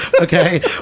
Okay